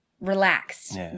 relaxed